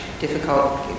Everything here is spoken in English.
difficult